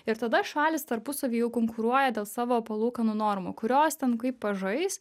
ir tada šalys tarpusavy jau konkuruoja dėl savo palūkanų normų kurios ten kaip pažais